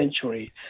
century